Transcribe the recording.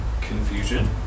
confusion